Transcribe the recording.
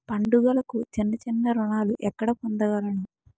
పండుగలకు చిన్న చిన్న రుణాలు ఎక్కడ పొందగలను?